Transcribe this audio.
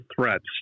threats